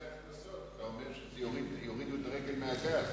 אתה אומר שיורידו את הרגל מהגז.